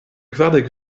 kvardek